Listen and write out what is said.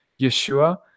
Yeshua